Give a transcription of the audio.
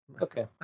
Okay